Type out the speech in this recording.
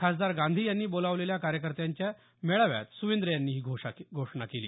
खासदार गांधी यांनी बोलावलेल्या कार्यकर्त्यांच्या मेळाव्यात सुवेंद्र यांनी ही घोषणा केली